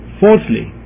fourthly